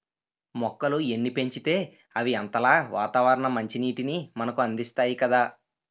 మొక్కలు ఎన్ని పెంచితే అవి అంతలా వాతావరణ మంచినీటిని మనకు అందిస్తాయి కదా